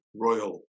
Royal